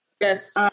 yes